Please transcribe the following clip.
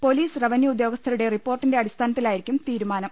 police revenue ഉദ്യോഗസ്ഥരുടെ റിപ്പോർട്ടിന്റെ അടിസ്ഥാ നത്തിലായിരിക്കും തീരുമാനം